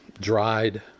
dried